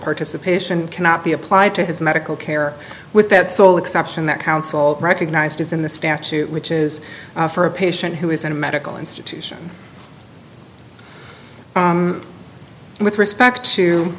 participation cannot be applied to his medical care with that sole exception that counsel recognized as in the statute which is for a patient who is in a medical institution with respect to